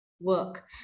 work